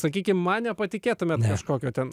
sakykim man nepatikėtumėt kažkokio ten